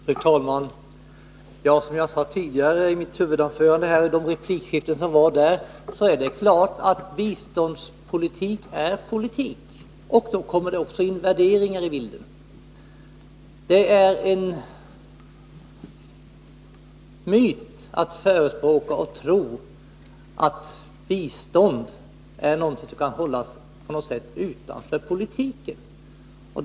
Fru talman! Som jag sade tidigare, i replikskiftet efter mitt huvudanförande, är det klart att biståndspolitik är politik. Då kommer det också in värderingar i bilden. Det är fel att förespråka och tro på myten att bistånd är någonting som kan hållas utanför politiken på något sätt.